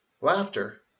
Laughter